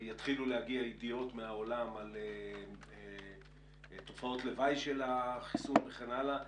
יתחילו להגיע ידיעות מהעולם על תופעות לוואי של החיסון וכן הלאה.